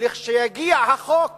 ולכשיגיע החוק